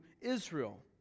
Israel